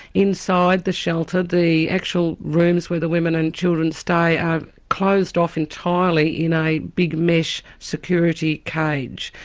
inside the shelter the actual rooms where the women and children stay are closed off entirely in a big mesh security cage,